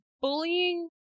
bullying